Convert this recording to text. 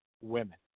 women